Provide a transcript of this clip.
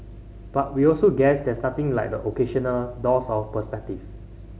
but we also guess there's nothing like the occasional dose of perspective